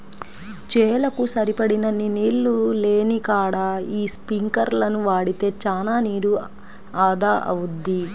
చేలకు సరిపడినన్ని నీళ్ళు లేనికాడ యీ స్పింకర్లను వాడితే చానా నీరు ఆదా అవుద్ది